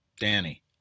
Danny